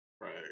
right